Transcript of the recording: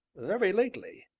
very lately,